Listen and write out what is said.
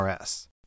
rs